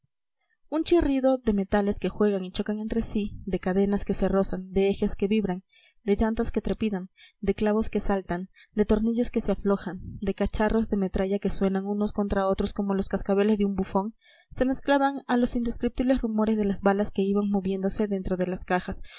un chirrido de metales que juegan y chocan entre sí de cadenas que se rozan de ejes que vibran de llantas que trepidan de clavos que saltan de tornillos que se aflojan de cacharros de metralla que suenan unos contra otros como los cascabeles de un bufón se mezclaba a los indescriptibles rumores de las balas que iban moviéndose dentro de las cajas